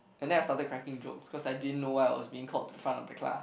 and then I started cracking jokes cause I didn't know why I was being called to the front of the class